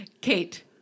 Kate